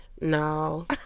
no